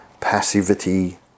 passivity